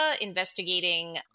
investigating